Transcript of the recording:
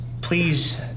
Please